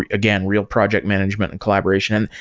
again, real project management and collaboration. and